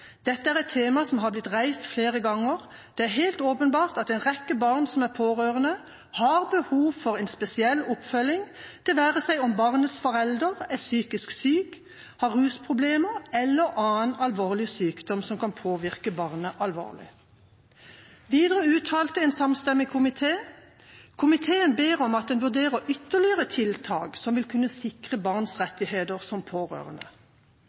Dette er et tema som har blitt reist flere ganger. Det er helt åpenbart at en rekke barn som er pårørende, har behov for en spesiell oppfølging, dette være seg om barnets forelder er psykisk syk, har rusproblemer eller annen sykdom som kan påvirke barnet alvorlig.» Videre utalte en samstemmig komité: «Komiteen ber om at en vurderer ytterligere tiltak som vil kunne sikre barnas rettigheter som pårørende.»